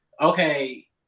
okay